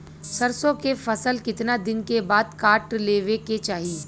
सरसो के फसल कितना दिन के बाद काट लेवे के चाही?